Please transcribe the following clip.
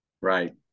Right